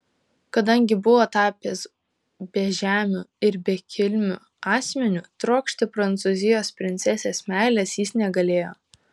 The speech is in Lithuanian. kadangi buvo tapęs bežemiu ir bekilmiu asmeniu trokšti prancūzijos princesės meilės jis negalėjo